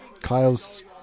Kyle's